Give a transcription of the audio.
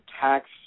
tax